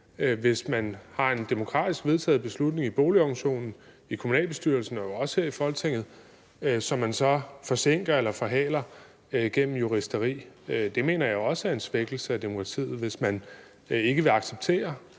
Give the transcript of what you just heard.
hvis man har en demokratisk vedtaget beslutning i boligorganisationen, i kommunalbestyrelsen og også her i Folketinget, som man så forsinker eller forhaler gennem juristeri, så mener jeg også, det er en svækkelse af demokratiet. Hvis ikke man vil acceptere